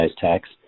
tax